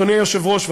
אדוני היושב-ראש,